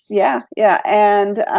yeah, yeah. and